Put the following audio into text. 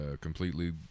completely